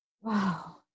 Wow